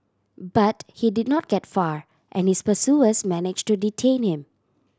but he did not get far and his pursuers manage to detain him